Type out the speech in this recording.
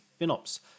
FinOps